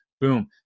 boom